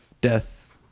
death